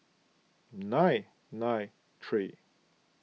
nine nine three